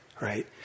right